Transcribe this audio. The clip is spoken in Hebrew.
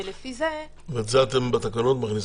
ולפי זה --- ואת זה אתם מכניסים בתקנות?